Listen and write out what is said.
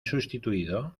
sustituido